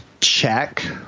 Check